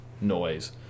noise